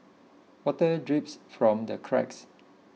water drips from the cracks